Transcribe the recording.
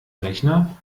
rechner